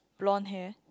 blonde hair